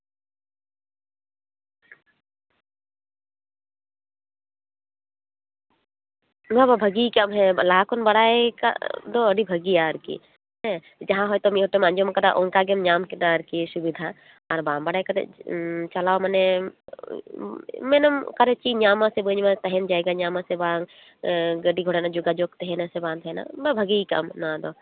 ᱱᱚᱣᱟ ᱦᱚᱢ ᱵᱷᱟᱜᱤᱭ ᱠᱟᱱ ᱦᱮᱸ ᱞᱟᱦᱟ ᱠᱷᱚᱱ ᱵᱟᱲᱟᱭ ᱠᱟᱜ ᱫᱚ ᱟᱹᱰᱤ ᱵᱷᱟᱜᱮᱭᱟ ᱟᱨᱠᱤ ᱦᱮᱸ ᱡᱟᱦᱟᱸ ᱦᱚᱭᱛᱳ ᱢᱤᱫ ᱦᱚᱲ ᱴᱷᱮᱱ ᱠᱷᱚᱱᱮᱢ ᱟᱸᱡᱚᱢᱟᱠᱟᱫᱟ ᱚᱱᱠᱟ ᱜᱮᱢ ᱧᱟᱢ ᱠᱮᱫᱟ ᱟᱨᱠᱤ ᱥᱩᱵᱤᱫᱷᱟ ᱟᱨ ᱵᱟᱝ ᱵᱟᱲᱟᱭ ᱠᱟᱛᱮ ᱪᱟᱞᱟᱣ ᱢᱟᱱᱮ ᱢᱮᱱᱟᱢ ᱚᱠᱟᱨᱮ ᱪᱮᱫ ᱤᱧ ᱧᱟᱢᱟ ᱥᱮ ᱵᱟᱹᱧ ᱧᱟᱢᱟ ᱛᱟᱦᱮᱱ ᱡᱟᱭᱜᱟ ᱧᱟᱢᱚᱜ ᱟᱥᱮ ᱵᱟᱝ ᱜᱟᱹᱰᱤ ᱜᱷᱚᱲᱟ ᱨᱮᱭᱟᱜ ᱡᱳᱜᱟᱡᱳᱜᱽ ᱛᱟᱦᱮᱱᱟ ᱥᱮ ᱵᱟᱝ ᱛᱟᱦᱮᱱᱟ ᱚᱱᱟᱢ ᱵᱷᱟᱜᱮᱭ ᱠᱟᱜᱼᱟᱢ ᱚᱱᱟ ᱫᱚ